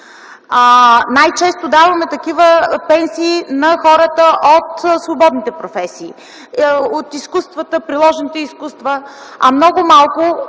най-често даваме такива пенсии на хората от свободните професии, от приложните изкуства, а много малко